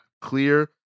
clear